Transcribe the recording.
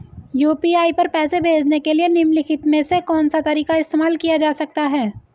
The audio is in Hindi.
यू.पी.आई पर पैसे भेजने के लिए निम्नलिखित में से कौन सा तरीका इस्तेमाल किया जा सकता है?